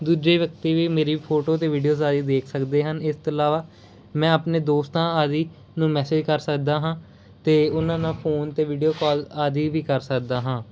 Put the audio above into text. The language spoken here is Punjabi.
ਦੂਜੇ ਵਿਅਕਤੀ ਵੀ ਮੇਰੀ ਫੋਟੋ 'ਤੇ ਵੀਡੀਓ ਸਾਰੀ ਦੇਖ ਸਕਦੇ ਹਨ ਇਸ ਤੋਂ ਇਲਾਵਾ ਮੈਂ ਆਪਣੇ ਦੋਸਤਾਂ ਆਦੀ ਨੂੰ ਮੈਸੇਜ ਕਰ ਸਕਦਾ ਹਾਂ ਅਤੇ ਉਹਨਾਂ ਨਾਲ ਫੋਨ 'ਤੇ ਵੀਡੀਓ ਕਾਲ ਆਦਿ ਵੀ ਕਰ ਸਕਦਾ ਹਾਂ